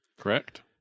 Correct